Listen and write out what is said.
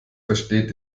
versteht